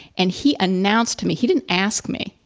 and he announced to me, he didn't ask me,